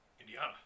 Indiana